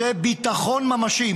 זה ביטחון ממשי.